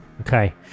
Okay